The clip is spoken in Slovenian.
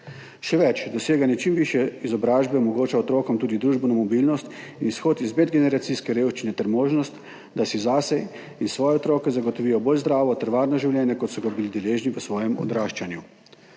Še več, doseganje čim višje izobrazbe omogoča otrokom tudi družbeno mobilnost, izhod iz medgeneracijske revščine ter možnost, da si zase in svoje otroke zagotovijo bolj zdravo ter varno življenje, kot so ga bili deležni v svojem odraščanju.